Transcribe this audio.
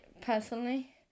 personally